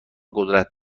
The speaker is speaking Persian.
قدرت